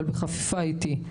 אבל בחפיפה אתי.